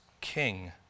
king